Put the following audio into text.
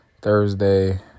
Thursday